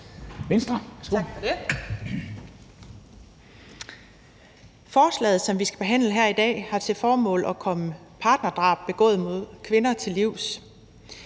Forslaget, som vi skal behandle her i dag, har til formål at komme partnerdrab begået mod kvinder til livs.